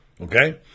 Okay